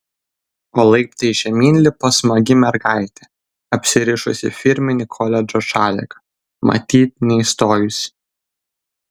o laiptais žemyn lipo smagi mergaitė apsirišusi firminį koledžo šaliką matyt neįstojusi